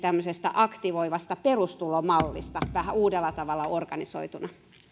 aktivoivasta perustulomallista vähän uudella tavalla organisoituna